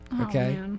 Okay